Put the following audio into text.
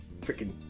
freaking